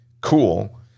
Cool